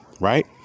Right